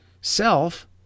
Self